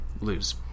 lose